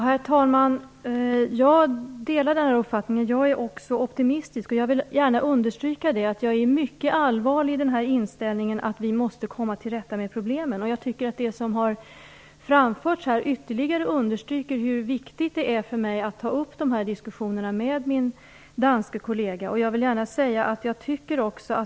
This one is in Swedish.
Herr talman! Jag delar den uppfattningen. Också jag är optimistisk. Jag vill också gärna understryka att jag är mycket allvarlig i min inställning att vi måste komma till rätta med problemen. Det som har framförts här understryker ytterligare hur viktigt det är för mig att ta upp de här diskussionerna med min danske kollega.